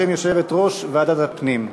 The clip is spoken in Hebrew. בשם יושבת-ראש ועדת הפנים.